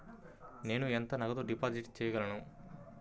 నేను ఎంత నగదు డిపాజిట్ చేయగలను?